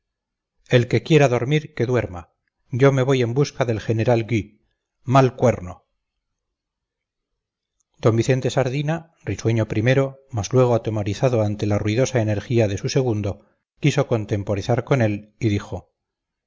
el que quiera dormir que duerma yo me voy en busca del general gui mal cuerno d vicente sardina risueño primero mas luego atemorizado ante la ruidosa energía de su segundo quiso contemporizar con él y dijo